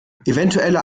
eventuelle